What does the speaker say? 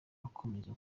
akomeza